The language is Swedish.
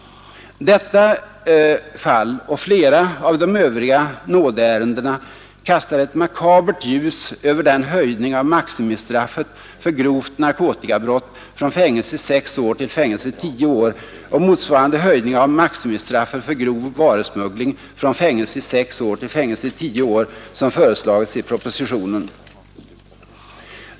Detta och flera av de övriga nådeärendena kastar ett makabert ljus över den höjning av maximistraffet för grovt narkotikabrott från fängelse i sex år till fängelse i tio år och motsvarande höjning av maximistraffet för grov varusmuggling från fängelse i sex år till fängelse i tio år som föreslagits i propositionen.